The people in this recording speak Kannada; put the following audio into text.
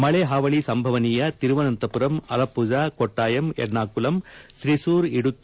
ಮಳೆ ಹಾವಳಿ ಸಂಭವನೀಯ ತಿರುವನಂತಪುರಂ ಅಲಪ್ಪುಜ ಕೊಟ್ವಾಯಂ ಎರ್ನಾಕುಲಂ ತ್ರಿಸೂರ್ ಇಡುಕ್ಕೆ